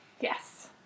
Yes